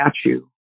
statue